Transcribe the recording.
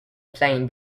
plane